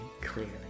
clearly